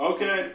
Okay